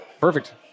Perfect